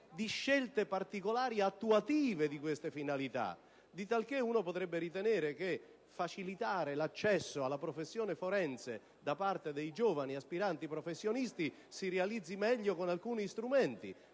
di scelte particolari, attuative di queste finalità. Di talché si potrebbe anche ritenere che facilitare l'accesso alla professione forense da parte dei giovani aspiranti professionisti si realizzi meglio con alcuni strumenti,